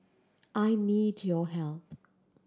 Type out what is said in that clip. I need your help